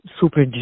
super